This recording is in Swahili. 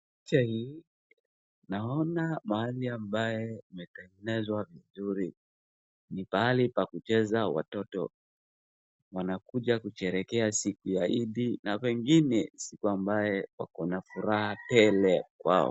Naona mahali ambapo pametengenezwa vizuri. Ni pahali pa kucheza watoto. Wanakuja kusherehekea siku ya hindi na wengine siku ambayo wakona furaha tele kwao.